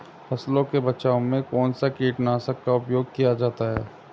फसलों के बचाव में कौनसा कीटनाशक का उपयोग किया जाता है?